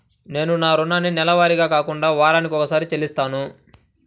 నేను నా రుణాన్ని నెలవారీగా కాకుండా వారానికోసారి చెల్లిస్తున్నాను